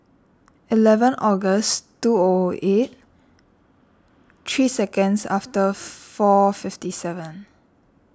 eleven August two O O eight three seconds after four fifty seven